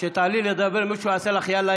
כשתעלי לדבר ומישהו יעשה לך "יאללה,